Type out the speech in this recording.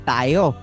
Tayo